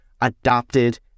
adopted